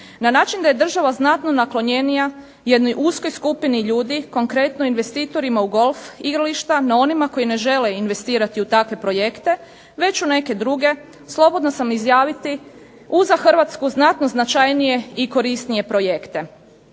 Na način da je država znatno naklonjenija jednoj uskoj skupini ljudi, konkretno investitorima u golf igrališta. No onima koji ne žele investirati u takve projekte već u neke druge, slobodna sam izjaviti u za Hrvatsku znatno značajnije i korisnije projekte.